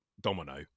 domino